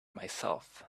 myself